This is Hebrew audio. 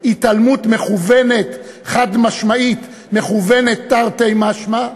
מהתעלמות מכוונת, חד-משמעית, מכוונת, תרתי משמע.